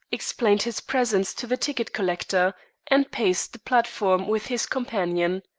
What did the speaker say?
explained his presence to the ticket-collector, and paced the platform with his companion.